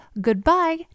goodbye